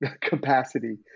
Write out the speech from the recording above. capacity